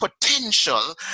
potential